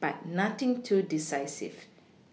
but nothing too decisive